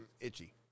Itchy